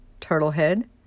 Turtlehead